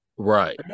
Right